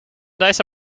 deze